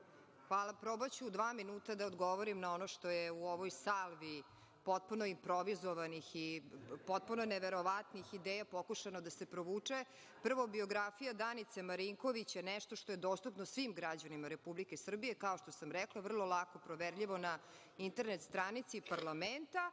Tepić** Probaću u dva minuta da odgovorim na ono što je u ovoj salvi, potpuno improvizovanih, i potpuno neverovatnih, ideja pokušano da se provuče. Prvo biografija Danice Marinković je nešto što je dostupno svim građanima Republike Srbije. Kao što sam rekla, vrlo lako proverljivo na internet stranici parlamenta,